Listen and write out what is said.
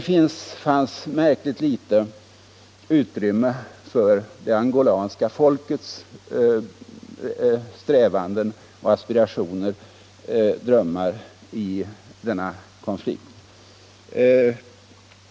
Det fanns märkligt litet utrymme för det angolanska folkets strävanden, aspirationer och drömmar i hans syn på denna konflikt.